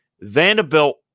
Vanderbilt